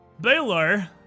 Baylor